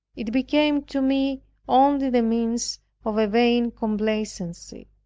it became to me only the means of a vain complacency.